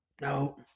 No